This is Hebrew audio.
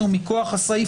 זה קבוע בחוק.